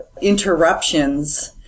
interruptions